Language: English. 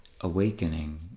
awakening